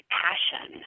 passion